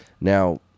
Now